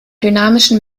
dynamischen